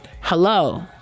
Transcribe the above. hello